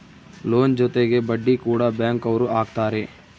loan ಜೊತೆಗೆ ಬಡ್ಡಿ ಕೂಡ ಬ್ಯಾಂಕ್ ಅವ್ರು ಹಾಕ್ತಾರೆ